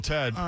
Ted